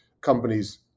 companies